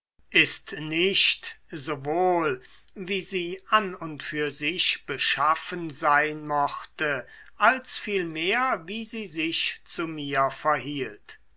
ist nicht sowohl wie sie an und für sich beschaffen sein mochte als vielmehr wie sie sich zu mir verhielt